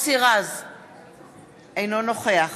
אינו נוכח